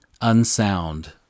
unsound